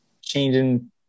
changing